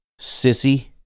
sissy